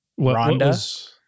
Rhonda